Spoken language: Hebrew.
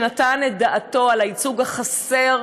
שנתן את דעתו על הייצוג החסר,